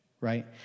right